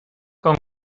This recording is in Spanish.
con